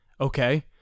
okay